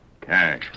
cash